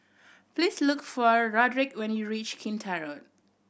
please look for Rodrick when you reach Kinta Road